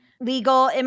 legal